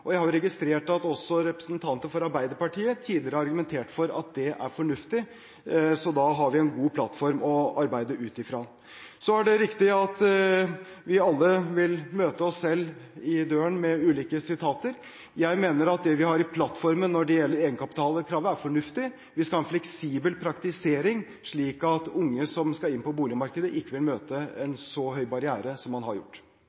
sammen. Jeg har registrert at også representanter for Arbeiderpartiet tidligere har argumentert for at det er fornuftig, så da har vi en god plattform å arbeide ut fra. Så er det riktig at vi alle vil møte oss selv i døren med ulike sitater. Jeg mener at det vi har i plattformen når det gjelder egenkapitalkravet, er fornuftig. Vi skal ha en fleksibel praktisering, slik at unge som skal inn på boligmarkedet, ikke vil møte en så høy barriere som man har gjort.